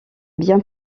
bien